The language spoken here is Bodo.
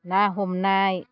ना हमनाय